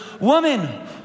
woman